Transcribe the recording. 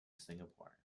singapore